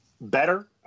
Better